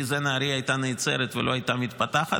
בלי זה נהריה הייתה נעצרת ולא הייתה מתפתחת,